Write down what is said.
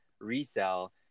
resell